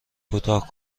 کوتاه